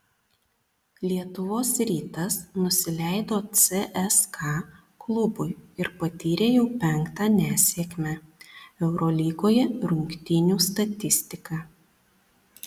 lietuvos rytas nusileido cska klubui ir patyrė jau penktą nesėkmę eurolygoje rungtynių statistika